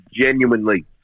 Genuinely